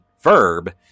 verb